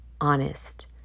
honest